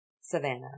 Savannah